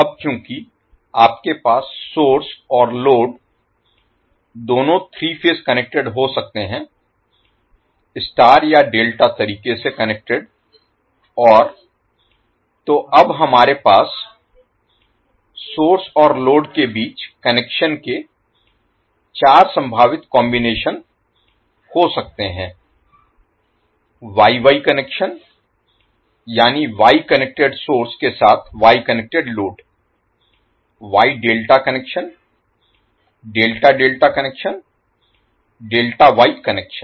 अब चूँकि आपके पास सोर्स और लोड दोनों 3 फेज कनेक्टेड हो सकते हैं स्टार या डेल्टा तरीके से कनेक्टेड और तो अब हमारे पास सोर्स और लोड के बीच कनेक्शन के चार संभावित कॉम्बिनेशन हो सकते हैं 1 वाई वाई कनेक्शन यानी वाई कनेक्टेड सोर्स के साथ connected load 2 Y ∆ connection 3 ∆∆ connection 4 ∆ Y connection